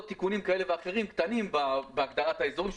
תיקונים קטנים כאלה ואחרים בהגדרת האזורים.